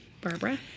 Barbara